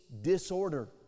disorder